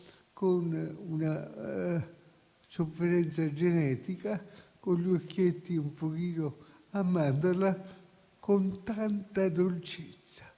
con una sofferenza genetica, con gli occhietti un po' a mandorla, con tanta dolcezza